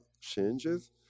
changes